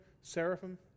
seraphim